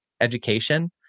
education